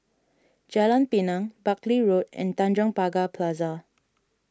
Jalan Pinang Buckley Road and Tanjong Pagar Plaza